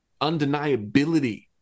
undeniability